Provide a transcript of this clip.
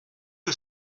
que